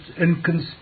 inconspicuous